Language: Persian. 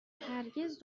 هرگز